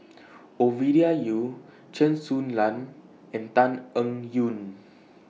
Ovidia Yu Chen Su Lan and Tan Eng Yoon